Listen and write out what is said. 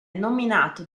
nominato